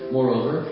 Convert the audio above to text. Moreover